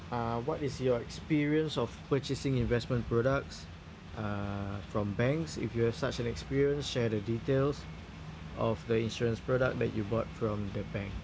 uh what is your experience of purchasing investment products uh from banks if you have such an experience share the details of the insurance product that you bought from the bank